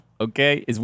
Okay